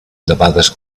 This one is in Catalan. debades